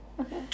Okay